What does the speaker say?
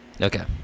Okay